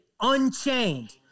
unchained